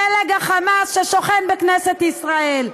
פלג החמאס ששוכן בכנסת ישראל.